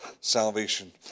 salvation